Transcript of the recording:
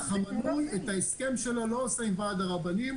-- המנוי לא עושה את ההסכם שלו עם ועד הרבנים,